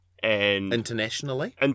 Internationally